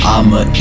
I'ma